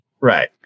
Right